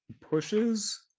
pushes